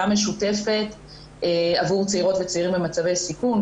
משותפת עבור צעירות וצעירים במצבי סיכון.